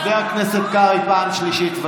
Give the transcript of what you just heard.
חבר הכנסת קרעי, פעם שלישית.